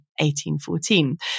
1814